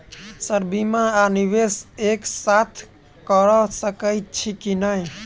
Sir बीमा आ निवेश एक साथ करऽ सकै छी की न ई?